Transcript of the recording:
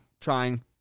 trying